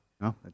No